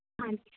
ਹਾਂਜੀ